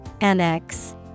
Annex